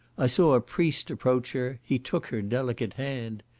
i saw a priest approach her, he took her delicate hand,